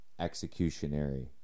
Executionary